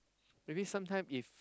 maybe sometime if